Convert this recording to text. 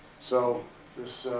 so this,